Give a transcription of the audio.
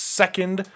second